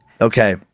Okay